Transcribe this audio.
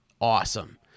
awesome